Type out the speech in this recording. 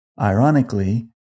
Ironically